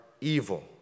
evil